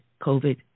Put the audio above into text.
COVID